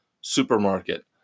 supermarket